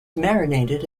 marinated